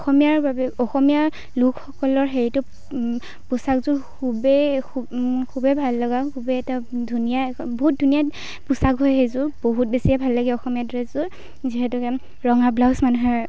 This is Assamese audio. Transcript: অসমীয়াৰ বাবে অসমীয়া লোকসকলৰ সেইটো পোচাকযোৰ খুবেই খুবেই ভাল লগা খুবেই এটা ধুনীয়া বহুত ধুনীয়া পোচাক হয় সেইযোৰ বহুত বেছিয়ে ভাল লাগে অসমীয়া ড্ৰেছযোৰ যিহেতুকে ৰঙা ব্লাউজ মানুহে